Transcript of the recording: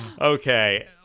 Okay